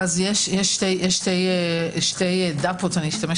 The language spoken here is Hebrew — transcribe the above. החלק הראשון, כשהיא מסכימה